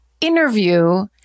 interview